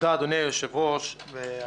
אדוני היושב-ראש, תודה.